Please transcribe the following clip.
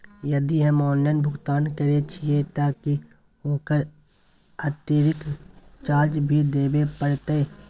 यदि हम ऑनलाइन भुगतान करे छिये त की ओकर अतिरिक्त चार्ज भी देबे परतै?